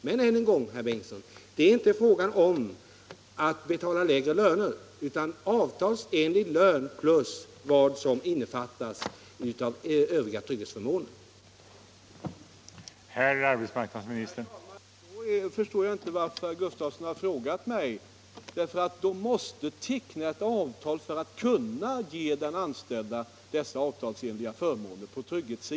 Men än en gång, herr Bengtsson: Det är inte fråga om att betala lägre löner, utan avtalsenlig lön plus vad som innefattas i övriga trygghetsförmåner skall utgå.